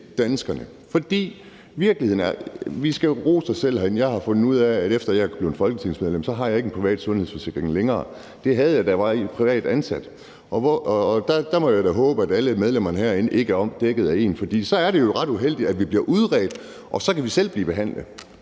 danskerne. Vi skal jo rose os selv herinde. Jeg har fundet ud af, at efter jeg er blevet folketingsmedlem, har jeg ikke en privat sundhedsforsikring længere. Det havde jeg, da jeg var privat ansat. Og der må jeg da håbe, at alle medlemmerne herinde ikke er dækket af en, for så er det jo ret uheldigt; vi bliver udredt, og så kan vi selv blive behandlet,